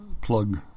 plug